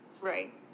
Right